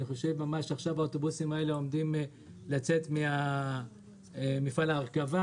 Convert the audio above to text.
ממש עכשיו האוטובוסים האלה עומדים לצאת ממפעל ההרכבה